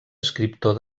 escriptor